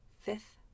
fifth